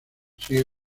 sigue